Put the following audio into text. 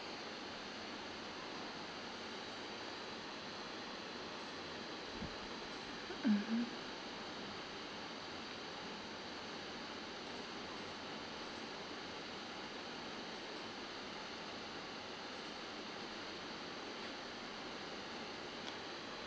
mmhmm